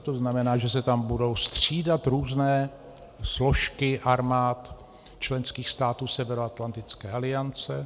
To znamená, že se tam budou střídat různé složky armád členských států Severoatlantické aliance.